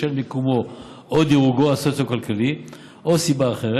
בשל מיקומו או דירוגו הסוציו-כלכלי או כל סיבה אחרת,